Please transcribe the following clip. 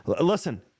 Listen